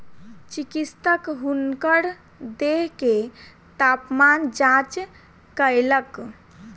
चिकित्सक हुनकर देह के तापमान जांच कयलक